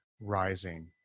Rising